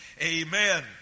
Amen